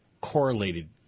correlated